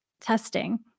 testing